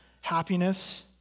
happiness